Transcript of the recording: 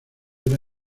era